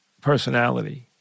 personality